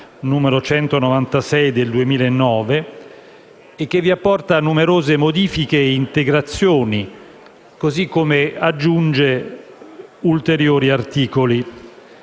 n. 196 del 2009, e che vi apporta numerose modifiche e integrazioni, così come aggiunge ulteriori articoli.